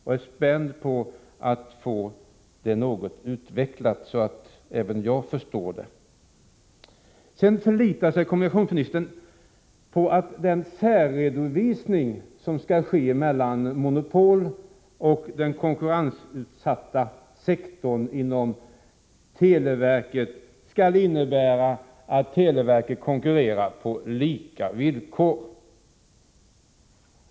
Jag är spänd på att få detta något utvecklat, så att även jag förstår det. Kommunikationsministern förlitar sig på att särredovisningen mellan monopolsektorn och den konkurrensutsatta sektorn inom televerket skall innebära att televerket kommer att konkurrera på lika villkor på hemdatormarknaden.